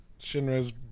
shinra's